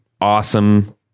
awesome